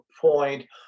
point